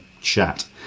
chat